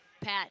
Pat